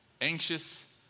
Anxious